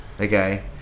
Okay